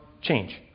change